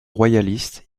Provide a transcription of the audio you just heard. royalistes